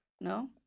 No